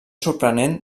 sorprenent